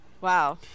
Wow